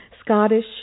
Scottish